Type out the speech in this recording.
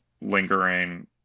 lingering